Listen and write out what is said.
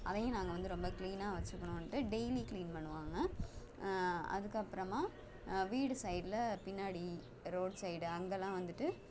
அதையும் நாங்கள் வந்து ரொம்ப க்ளீனாக வச்சுக்கணுன்ட்டு டெய்லி க்ளீன் பண்ணுவாங்க அதுக்கப்புறமாக வீடு சைட்டில் பின்னாடி ரோட் சைடு அங்கெல்லாம் வந்துட்டு